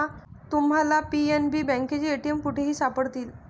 तुम्हाला पी.एन.बी बँकेचे ए.टी.एम कुठेही सापडतील